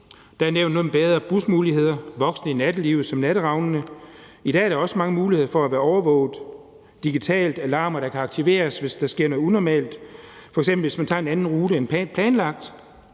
Der er nævnt noget om bedre busmuligheder og voksne i nattelivet som Natteravnene. I dag er der også mange muligheder for at være overvåget digitalt – alarmer, der kan aktiveres, hvis der sker noget unormalt, f.eks. hvis man tager en anden rute end planlagt.